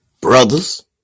brothers